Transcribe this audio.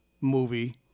movie